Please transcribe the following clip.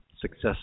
success